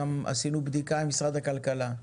בדקנו גם עם משרד הכלכלה.